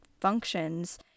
functions